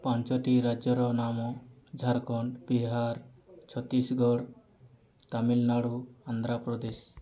ପାଞ୍ଚଟି ରାଜ୍ୟର ନାମ ଝାରଖଣ୍ଡ ବିହାର ଛତିଶଗଡ଼ ତାମିଲନାଡ଼ୁ ଆନ୍ଧ୍ରପ୍ରଦେଶ